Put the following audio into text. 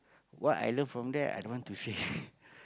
what I learn from there i don't want to share